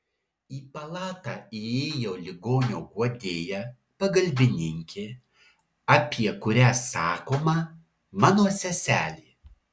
į palatą įėjo ligonio guodėja pagalbininkė apie kurią sakoma mano seselė